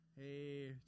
Hey